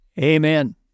Amen